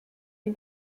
ihm